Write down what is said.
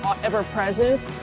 ever-present